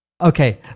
okay